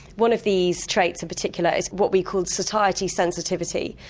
one of these traits in particular is what we call satiety sensitivity.